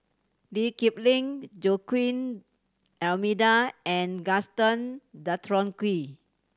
Lee Kip Lin Joaquim D'Almeida and Gaston Dutronquoy